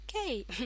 Okay